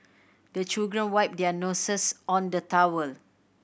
the children wipe their noses on the towel